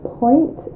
point